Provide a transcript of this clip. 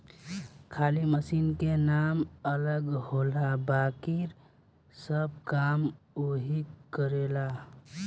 खाली मशीन के नाम अलग होला बाकिर सब काम ओहीग करेला